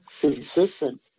consistent